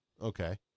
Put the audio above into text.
Okay